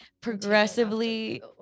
progressively